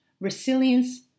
resilience